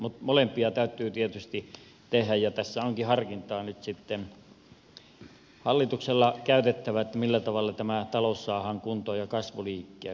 mutta molempia täytyy tietysti tehdä ja tässä onkin harkintaa nyt sitten hallituksen käytettävä siinä millä tavalla tämä talous saadaan kuntoon ja kasvu liikkeelle